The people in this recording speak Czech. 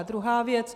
Druhá věc.